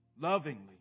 lovingly